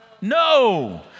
No